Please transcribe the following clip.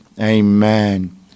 Amen